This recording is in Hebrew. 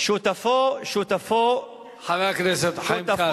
שותפו, שותפו, חבר הכנסת חיים כץ.